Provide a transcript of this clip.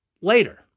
later